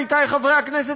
עמיתי חברי הכנסת,